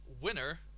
winner